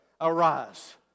arise